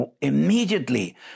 immediately